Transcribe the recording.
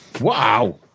Wow